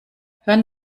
hören